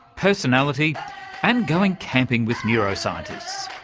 personality and going camping with neuroscientists.